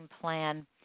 plan